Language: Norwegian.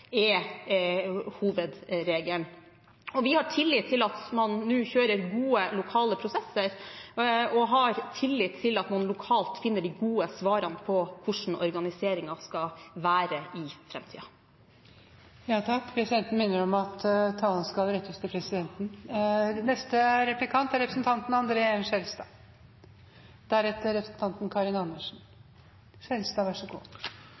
er hovedregelen. Vi har tillit til at man nå kjører gode lokale prosesser og har tillit til at man lokalt finner de gode svarene på hvordan organiseringen skal være i framtida. Presidenten minner om at talen skal rettes til presidenten. I motsetning til foregående representant må jeg nok skuffe representanten